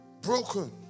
Broken